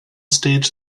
stage